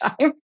time